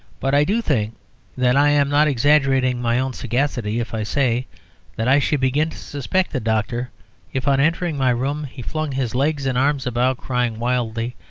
but i do think that i am not exaggerating my own sagacity if i say that i should begin to suspect the doctor if on entering my room he flung his legs and arms about, crying wildly,